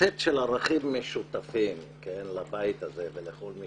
סט של ערכים משותפים לבית הזה ולכל מי